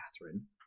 Catherine